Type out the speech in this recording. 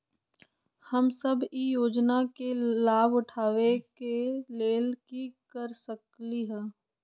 हम सब ई योजना के लाभ उठावे के लेल की कर सकलि ह?